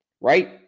right